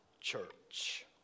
church